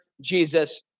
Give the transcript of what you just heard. Jesus